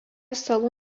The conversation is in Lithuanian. salų